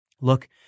Look